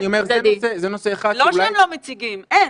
לא שהם לא מציגים, אין.